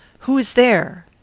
who is there?